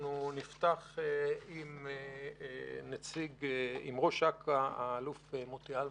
נפתח עם ראש אכ"א, האלוף מוטי אלמוז,